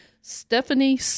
Stephanie